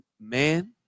man